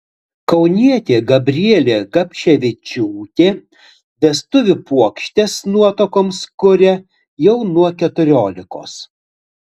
kaunietė gabrielė gabševičiūtė vestuvių puokštes nuotakoms kuria jau nuo keturiolikos